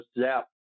zap